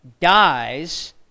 dies